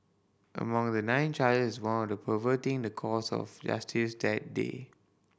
among the nine charges is one of perverting the course of justice that day